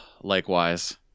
Likewise